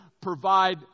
provide